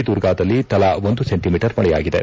ದುರ್ಗಾದಲ್ಲಿ ತಲಾ ಒಂದು ಸೆಂಟಿಮೀಟರ್ ಮಳೆಯಾಗಿದೆ